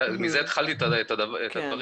מזה התחלתי את הדברים.